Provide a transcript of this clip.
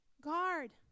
guard